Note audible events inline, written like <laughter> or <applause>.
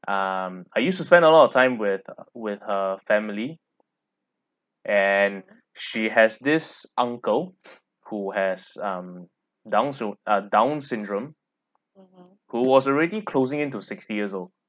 um I used to spend a lot of time with <noise> with her family and she has this uncle <breath> who has um down sy~ uh down syndrome who was already closing into sixty-years-old